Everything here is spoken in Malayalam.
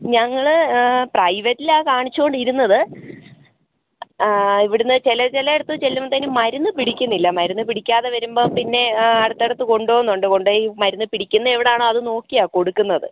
ഞങ്ങൾ പ്രൈവറ്റിലാ കാണിച്ചോണ്ടിരുന്നത് ഇവിടുന്ന് ചില ചിലയിടത് ചെല്ലുമ്പൊത്തേനും മരുന്ന് പിടിക്കുന്നില്ല മരുന്ന് പിടിക്കാതെ വരുമ്പം പിന്നെ അടുത്തടുത്ത് കൊണ്ടുപോവുന്നുണ്ട് കൊണ്ടുപോയി മരുന്ന് പിടിക്കുന്ന എവിടാണോ അത് നോക്കിയ കൊടുക്കുന്നത്